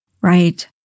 Right